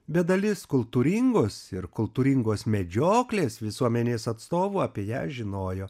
bet dalis kultūringos ir kultūringos medžioklės visuomenės atstovų apie ją žinojo